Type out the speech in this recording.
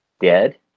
dead